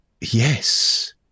Yes